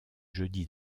jeudis